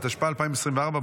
התשפ"ה 2024,